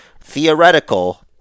theoretical